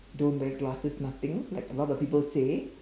don't wear glasses nothing like a lot of people say